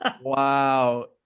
wow